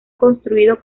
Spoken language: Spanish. construido